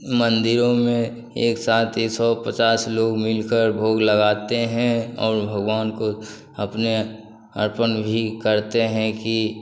मंदिरों में एक साथ ही सौ पचास लोग मिलकर भोग लगाते हैं और भगवान को अपने अर्पण भी करते हैं कि